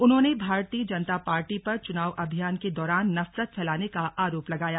उन्होंने भारतीय जनता पार्टी पर चुनाव अभियान के दौरान नफरत फैलाने का आरोप लगाया